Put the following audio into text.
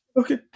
Okay